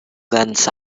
guns